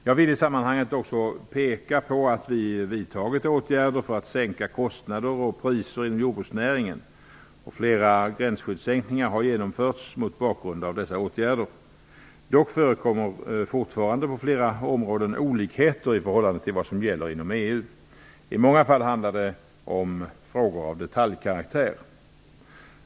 Jag vill i sammanhanget också peka på att vi har vidtagit åtgärder för att sänka kostnader och priser inom jordbruksnäringen. Flera gränsskyddssänkningar har genomförts mot bakgrund av dessa åtgärder. Dock förekommer det fortfarande på flera områden olikheter i förhållande till vad som gäller inom EU. I många fall handlar det om frågor av detaljkaraktär.